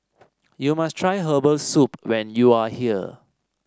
you must try Herbal Soup when you are here